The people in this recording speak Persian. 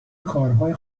کارهای